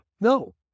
No